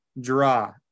draw